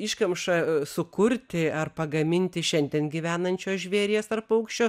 iškamša sukurti ar pagaminti šiandien gyvenančio žvėries ar paukščio